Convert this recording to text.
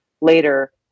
later